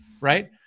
right